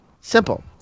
Simple